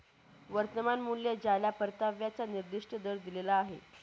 वर्तमान मूल्य ज्याला परताव्याचा निर्दिष्ट दर दिलेला आहे